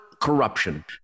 corruption